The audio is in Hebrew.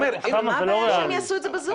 מה הבעיה שהם יעשו את זה ב"זום"?